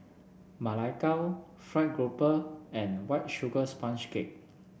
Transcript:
Ma Lai Gao fried grouper and White Sugar Sponge Cake